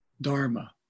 Dharma